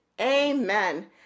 Amen